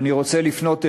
אני רוצה לפנות אליכם,